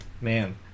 Man